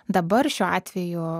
dabar šiuo atveju